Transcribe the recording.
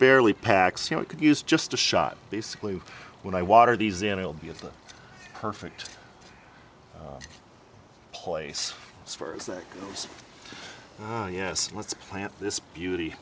barely packs you know it could use just a shot basically when i water these and i'll be at the perfect place as far as that goes yes let's plant this beauty